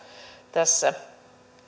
tässä